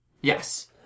Yes